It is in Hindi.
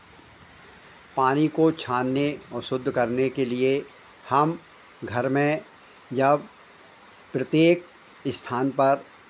पानी को छानने और शुद्ध करने के लिए हम घर में जब प्रत्येक स्थान पर